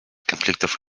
конфликтов